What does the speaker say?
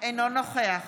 אינו נוכח